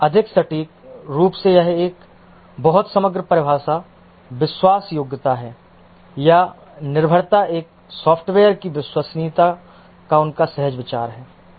अधिक सटीक रूप से यह एक बहुत समग्र परिभाषा विश्वास योग्यता है या निर्भरता एक सॉफ्टवेयर की विश्वसनीयता का उनका सहज विचार है